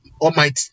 almighty